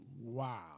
Wow